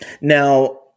Now